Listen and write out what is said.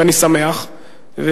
ואני שמח,